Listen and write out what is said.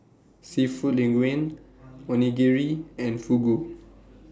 Seafood Linguine Onigiri and Fugu